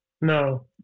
No